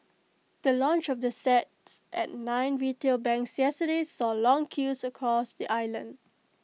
the launch of the sets at nine retail banks yesterday saw long queues across the island